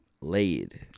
laid